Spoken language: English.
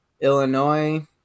Illinois